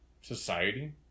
society